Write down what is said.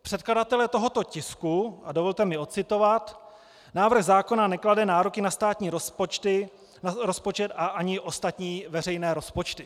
Předkladatelé tohoto tisku a dovolte mi odcitovat: Návrh zákona neklade nároky na státní rozpočet ani ostatní veřejné rozpočty.